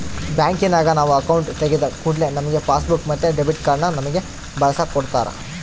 ಬ್ಯಾಂಕಿನಗ ನಾವು ಅಕೌಂಟು ತೆಗಿದ ಕೂಡ್ಲೆ ನಮ್ಗೆ ಪಾಸ್ಬುಕ್ ಮತ್ತೆ ಡೆಬಿಟ್ ಕಾರ್ಡನ್ನ ನಮ್ಮಗೆ ಬಳಸಕ ಕೊಡತ್ತಾರ